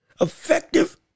effective